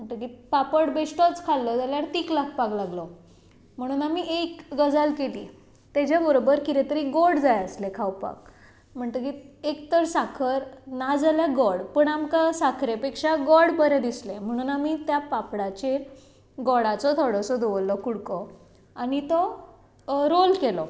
म्हणटकच पापड बेश्टोच खालो जाल्यार तीख लागपाक लागलो म्हणून आमी एक गजाल केली ताचे बरोबर कितें तरी गोड जाय आसलें खावपाक म्हणटकच एक तर साकर ना जाल्यार गोड पूण आमकां साकरे पेक्षा गोड बरें दिसलें म्हणून आमी त्या पापडाचेर गोडाचो थोडोसो दवरलो कुडको आनी तो रोल केलो